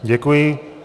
Děkuji.